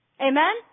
Amen